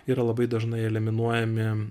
yra labai dažnai eliminuojami